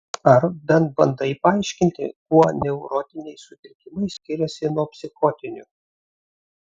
ar bent bandai paaiškinti kuo neurotiniai sutrikimai skiriasi nuo psichotinių